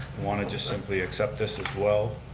want to just simply accept this as well?